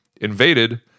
invaded